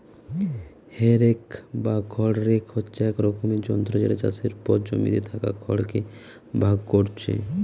হে rake বা খড় rake হচ্ছে এক রকমের যন্ত্র যেটা চাষের পর জমিতে থাকা খড় কে ভাগ কোরছে